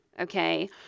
okay